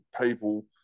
people